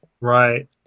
Right